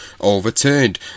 overturned